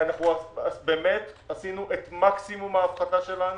באמת עשינו את מקסימום ההפחתה שלנו.